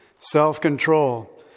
self-control